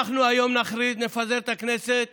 אנחנו היום נפזר את הכנסת